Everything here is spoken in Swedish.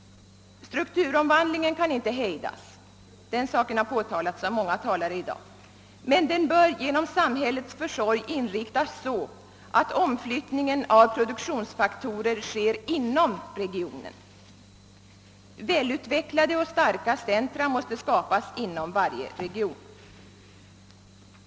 Strukturomvandlingen kan inte hejdas — den saken har framhållits av många talare här i dag — men den bör genom samhällets försorg inriktas så, att omflyttningen av produktionsfaktorer sker inom regionen. Välutvecklade och starka centra måste skapas inom varje region.